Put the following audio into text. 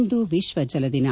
ಇಂದು ವಿಶ್ನ ಜಲದಿನ